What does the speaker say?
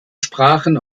sprachen